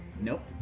Nope